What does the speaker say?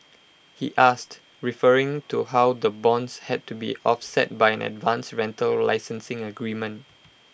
he asked referring to how the bonds had to be offset by an advance rental licensing agreement